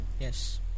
yes